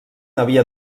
havia